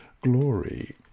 glory